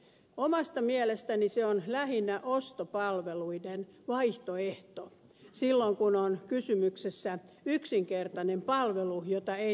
omasta mielestäni se on lähinnä ostopalveluiden vaihtoehto silloin kun on kysymyksessä yksinkertainen palvelu jota ei tarvitse kilpailuttaa